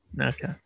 Okay